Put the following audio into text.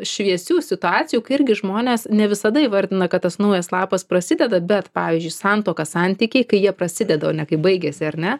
šviesių situacijų kai irgi žmonės ne visada įvardina kad tas naujas lapas prasideda bet pavyzdžiui santuoka santykiai kai jie prasideda o ne kaip baigiasi ar ne